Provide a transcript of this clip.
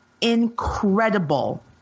incredible